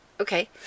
Okay